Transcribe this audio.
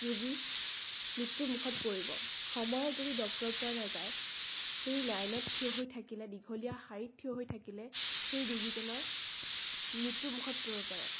ৰোগী মৃত্যুৰ মুখত পৰিব সময়ত যদি ডক্তৰ পোৱা নাযায় সেই লাইনত থিয় হৈ থাকিলে দীঘলীয়া শাৰীত থিয় হৈ থাকিলে সেই ৰোগীজনৰ মৃত্যুৰ মুখত পৰিব পাৰে